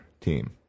team